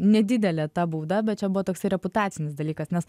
nedidelė ta bauda bet čia buvo toksai reputacinis dalykas nes